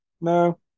No